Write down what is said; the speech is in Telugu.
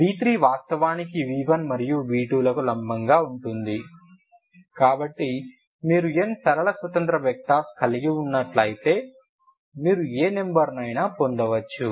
v3వాస్తవానికి v1మరియు v2లకు లంబంగా ఉంటుంది కాబట్టి మీరు n సరళ స్వతంత్ర వెక్టర్స్ కలిగి ఉన్నట్లయితే మీరు ఏ నంబర్నైనా పొందవచ్చు